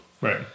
Right